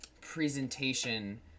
presentation